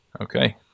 Okay